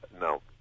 no